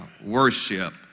Worship